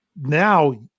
now